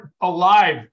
alive